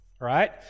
right